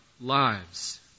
lives